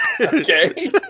Okay